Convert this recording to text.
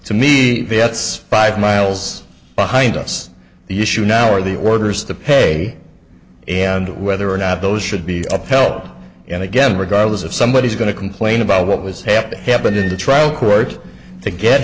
to me that's five miles behind us the issue now are the orders to pay and whether or not those should be upheld and again regardless of somebody is going to complain about what was happening happened in the trial court to get